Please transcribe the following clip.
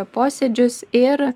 posėdžius ir